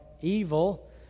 evil